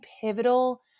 pivotal